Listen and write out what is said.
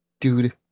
Dude